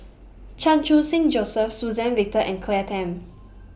Chan Khun Sing Joseph Suzann Victor and Claire Tham